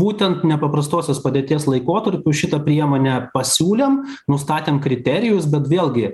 būtent nepaprastosios padėties laikotarpiu šitą priemonę pasiūlėm nustatėm kriterijus bet vėlgi